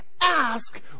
ask